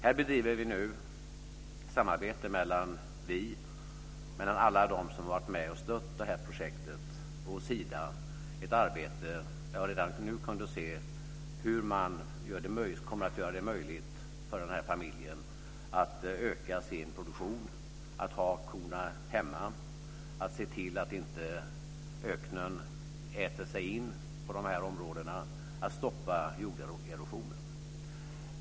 Här bedriver vi nu i samarbete mellan Vi, alla dem som har varit med och stött projektet och Sida ett arbete där jag redan nu kunde se hur man kommer att göra det möjligt för den här familjen att öka sin produktion, att ha korna hemma, att se till att inte öknen äter sig in på de här områdena, att stoppa jorderosionen.